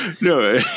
No